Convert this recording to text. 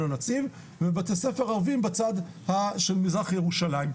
הנציב ובית-ספר ערבי בצד של מזרח ירושלים.